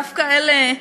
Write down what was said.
דווקא אלה,